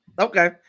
okay